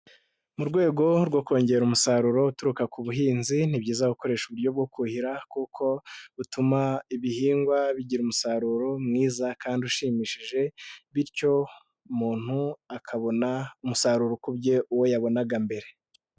Mu rwego rwo kongera umusaruro uturuka ku buhinzi ni byiza gukoresha uburyo bwo kuhira kuko butuma ibihingwa bigira umusaruro mwiza kandi ushimishije bityo muntu akabona umusaruro ukubye uwo yabonaga mbere.